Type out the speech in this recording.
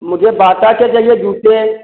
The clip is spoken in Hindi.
मुझे बाटा के चाहिए जूते